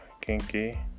kinky